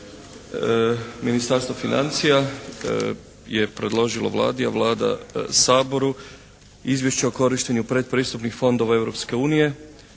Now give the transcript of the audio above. Ministarstvo financija je predložilo Vladi, a Vlada Saboru Izvješće o korištenju predpristupnih fondova